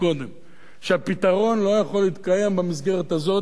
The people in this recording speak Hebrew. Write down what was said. שהפתרון לא יכול להתקיים במסגרת הזאת אלא במסגרת